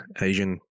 Asian